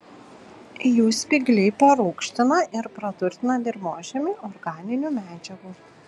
jų spygliai parūgština ir praturtina dirvožemį organinių medžiagų